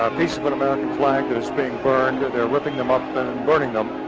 a piece of an american flag that is being burned. they're ripping them up and burning them.